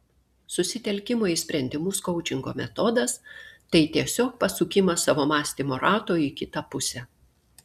susitelkimo į sprendimus koučingo metodas tai tiesiog pasukimas savo mąstymo rato į kitą pusę